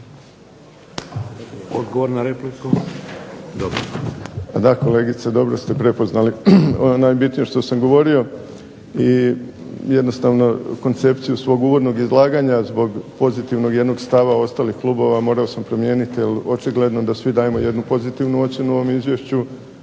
Odgovor na repliku.